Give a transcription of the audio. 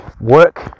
work